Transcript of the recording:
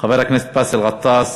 חבר הכנסת באסל גטאס,